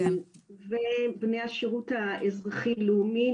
מיידעים ובני השירות האזרחי הלאומי.